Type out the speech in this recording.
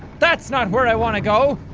thats not where i wanna go.